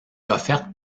offerte